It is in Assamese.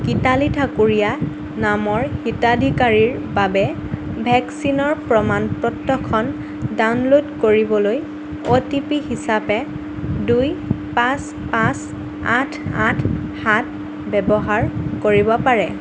গীতালি ঠাকুৰীয়া নামৰ হিতাধিকাৰীৰ বাবে ভেকচিনৰ প্ৰমাণ পত্ৰখন ডাউনলোড কৰিবলৈ অ' টি পি হিচাপে দুই পাঁচ পাঁচ আঠ আঠ সাত ব্যৱহাৰ কৰিব পাৰে